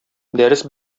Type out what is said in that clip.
дәрес